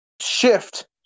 shift